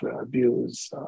abuse